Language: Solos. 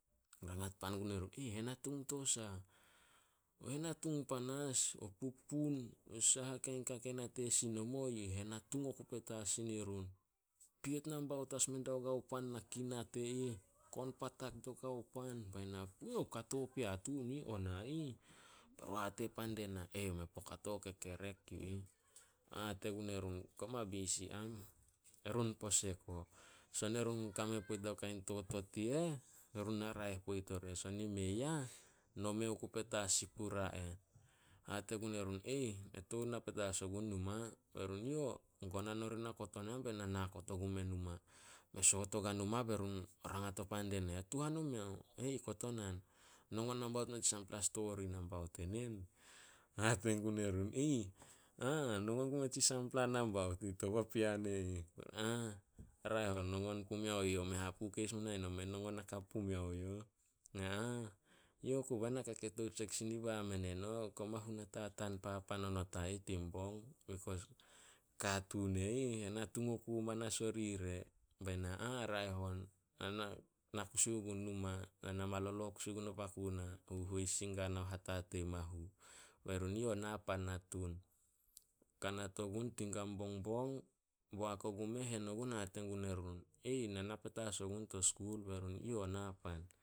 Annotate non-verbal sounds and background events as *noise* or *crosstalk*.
Rangat pan gun erun, *unintelligible* "Henatung to sah?" "Henatung panas. O pupun, saha kain ka ke nate sin nomo, yu eh henatung oku petas sin irun." *noise* Hate gun erun, *unintelligible* "Na tou na petas ogun numa." Be run, "Yo." Gonan ori nah kotonan be na nao kot ogu meh numa. Me soot ogua numa be run rangat o pan die na, "Ya tuhan o meao?" "E ih kotonan." "Nongon nambaut *unintelligible* sampla stori nambaut enen?" Hate gun erun, *unintelligible* "Nongon gumeh tsi sampla nambaut *unintelligible* to papean e ih." *noise* "Pumeao youh. Men hapu mu nae no mei nongon hakap pumeao youh. *unintelligible* Youh ku bah ke tou tsek sin diba men eno. Koma hunatataan papan a ih tin bong. Bekos katuun e ih henatung oku manas ori re." Be na *unintelligible* "Raeh on, *hesitation* nao kusi gun numa. Na na malolo kusi gun o baku tena. Huhois sin gua nao hatatei mahu." Be run, "Yo na pan na tun." Kanat ogun tin gan bongbong, boak ogu meh, hen ogun hate gue run, *unintelligible* "Na na petas ogun to skul." Be run, "Yo na pan."